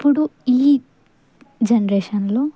ఇప్పుడు ఈ జనరేషన్లో